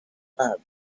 club